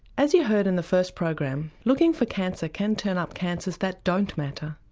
as you heard in the first program, looking for cancer can turn up cancers that don't matter.